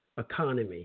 economy